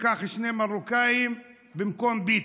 תיקח שני מרוקאים במקום ביטן.